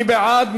מי בעד?